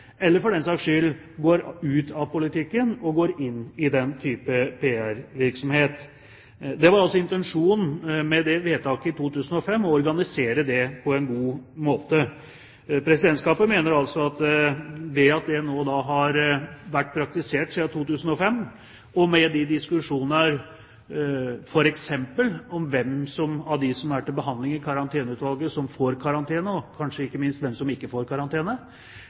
eller for den saks skyld for dem som går ut av politikken og inn i den type PR-virksomhet. Intensjonen med vedtaket i 2005 var å organisere dette på en god måte. Dette har nå vært praktisert siden 2005, med diskusjoner f.eks. om hvem av dem som er til behandling i Karanteneutvalget, som får karantene, og ikke minst hvem som ikke får karantene,